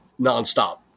nonstop